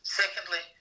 secondly